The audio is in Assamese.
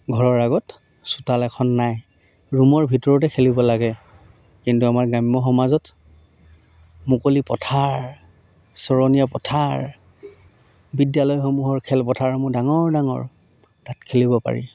ঘৰৰ আগত চোতাল এখন নাই ৰুমৰ ভিতৰতে খেলিব লাগে কিন্তু আমাৰ গ্ৰাম্য সমাজত মুকলি পথাৰ চৰণীয়া পথাৰ বিদ্যালয়সমূহৰ খেলপথাৰসমূহ ডাঙৰ ডাঙৰ তাত খেলিব পাৰি